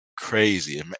crazy